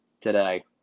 today